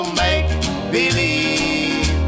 make-believe